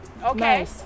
okay